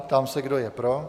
Ptám se, kdo je pro.